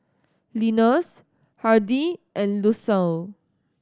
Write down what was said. Linus Hardie and Lucille